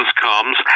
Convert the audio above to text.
comes